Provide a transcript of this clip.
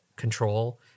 control